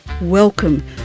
Welcome